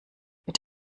mit